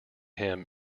him